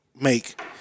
make